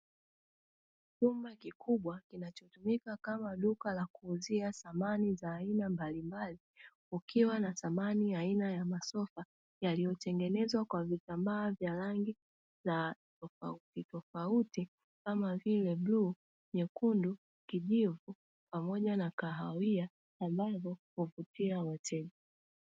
Chumba kikubwa kinachotumika kama duka la kuuzia samani za aina mbalimbali, kukiwa na samani aina ya masofa yaliyotengenezwa kwa vitambaa vya rangi tofautitofauti kama vile bluu, nyekundu, kijivu pamoja na kahawia ambazo huvutia wateja.